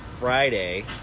Friday